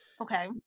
Okay